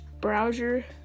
browser